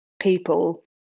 people